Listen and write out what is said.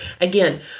again